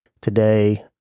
Today